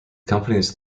companies